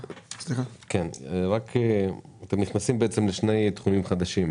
אתם בעצם נכנסים לשני תחומים חדשים,